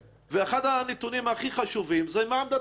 ואחד הנתונים הכי חשובים זה מה עמדת היועץ המשפטי.